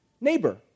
neighbor